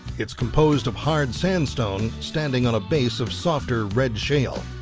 it's composed of hard sandstone standing on a base of softer red shale.